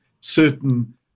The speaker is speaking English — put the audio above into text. certain